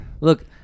Look